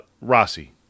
Rossi